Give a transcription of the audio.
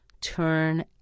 turn